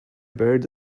bird